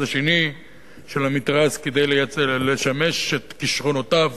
השני של המתרס כדי להשתמש בכשרונותיו